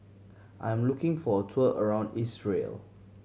I am looking for a tour around Israel